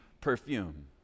perfume